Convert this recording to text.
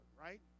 right